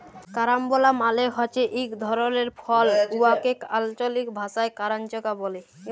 carambola মালে হছে ইক ধরলের ফল উয়াকে আল্চলিক ভাষায় কারান্চ ব্যলে